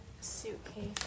suitcase